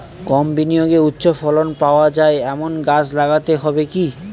কম বিনিয়োগে উচ্চ ফলন পাওয়া যায় এমন গাছ লাগাতে হবে কি?